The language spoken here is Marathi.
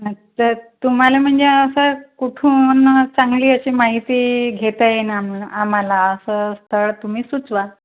अच्छा तर तुम्हाला म्हणजे असं कुठून चांगली अशी माहिती घेता ये ना आम्हाला असं स्थळ तुम्ही सुचवा